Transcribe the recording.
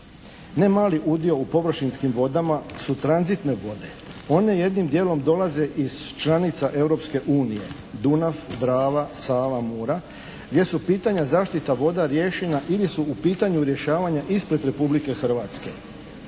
Ne mali udio u površinskim vodama su tranzitne vode. One jednim dijelom dolaze iz članica Europske unije Dunav, Drava, Sava, Mura gdje su pitanja zaštita voda riješena ili su u pitanju rješavanja ispred Republike Hrvatske.